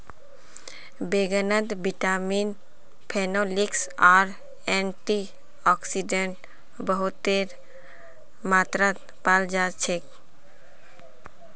बैंगनत vitamin, phenolics आर antioxidant बहुतेर मात्रात पाल जा छेक